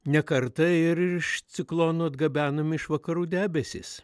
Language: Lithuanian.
ne kartą ir iš ciklono atgabenami iš vakarų debesys